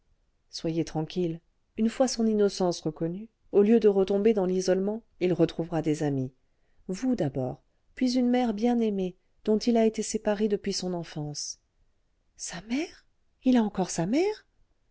soyez tranquille une fois son innocence reconnue au lieu de retomber dans l'isolement il retrouvera des amis vous d'abord puis une mère bien-aimée dont il a été séparé depuis son enfance sa mère il a encore sa mère